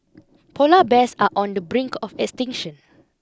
polar bears are on the brink of extinction